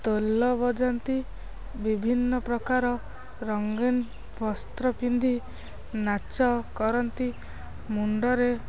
ଢୋଲ ବଜାନ୍ତି ବିଭିନ୍ନ ପ୍ରକାର ରଙ୍ଗୀନ ବସ୍ତ୍ର ପିନ୍ଧି ନାଚ କରନ୍ତି ମୁଣ୍ଡରେ